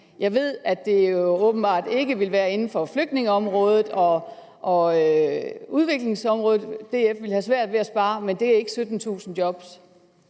Jeg ved, at det åbenbart ikke vil være inden for flygtningeområdet og udviklingsbistanden, at DF ville have svært ved at spare, men det er ikke 17.000 job.